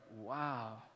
wow